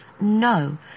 No